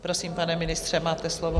Prosím, pane ministře, máte slovo.